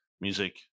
music